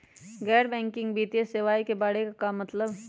गैर बैंकिंग वित्तीय सेवाए के बारे का मतलब?